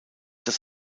das